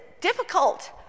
difficult